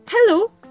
Hello